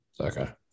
Okay